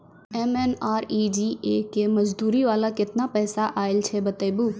MNREGA के मज़दूरी वाला केतना पैसा आयल छै बताबू?